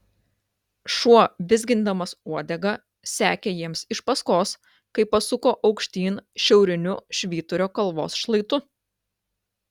šuo vizgindamas uodega sekė jiems iš paskos kai pasuko aukštyn šiauriniu švyturio kalvos šlaitu